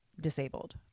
disabled